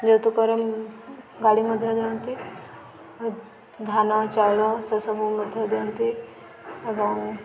ଯୌତୁକର ଗାଡ଼ି ମଧ୍ୟ ଦିଅନ୍ତି ଧାନ ଚାଉଳ ସେସବୁ ମଧ୍ୟ ଦିଅନ୍ତି ଏବଂ